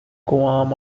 guam